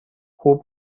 خوب